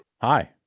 hi